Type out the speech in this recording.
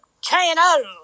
Channel